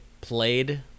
played